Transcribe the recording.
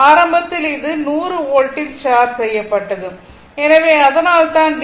ஆரம்பத்தில் இது 100 வோல்ட்டில் சார்ஜ் செய்யப்பட்டது எனவே அதனால்தான் டி